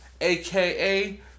aka